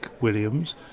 Williams